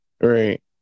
Right